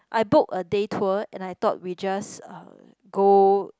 I book a day tour and I thought we just go